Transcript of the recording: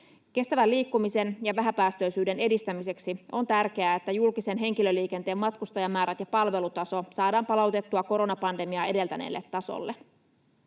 Kestävän liikkumisen ja vähäpäästöisyyden edistämiseksi on tärkeää, että julkisen henkilöliikenteen matkustajamäärät ja palvelutaso saadaan palautettua koronapandemiaa edeltäneelle tasolle.